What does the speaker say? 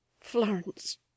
Florence